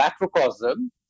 macrocosm